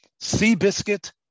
Seabiscuit